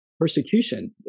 persecution